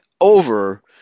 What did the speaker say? over